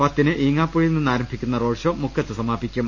പത്തിന് ഈങ്ങാപ്പുഴയിൽനിന്ന് ആരംഭിക്കുന്ന റോഡ് ഷോ മുക്കത്ത് സമാപിക്കും